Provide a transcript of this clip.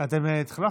אתם התחלפתם?